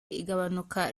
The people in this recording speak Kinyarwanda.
igabanuka